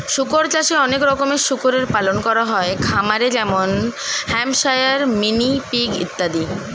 শুকর চাষে অনেক রকমের শুকরের পালন করা হয় খামারে যেমন হ্যাম্পশায়ার, মিনি পিগ ইত্যাদি